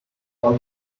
all